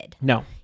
No